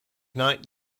not